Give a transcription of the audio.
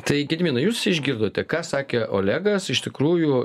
tai gediminai jūs išgirdote ką sakė olegas iš tikrųjų